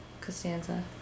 Costanza